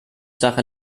sache